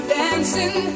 dancing